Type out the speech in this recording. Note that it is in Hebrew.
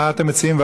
מה אתם מציעים?